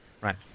right